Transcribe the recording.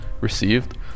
received